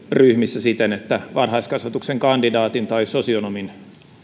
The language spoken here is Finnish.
ryhmissä siten että varhaiskasvatuksen kandidaatin tai sosionomin